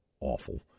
awful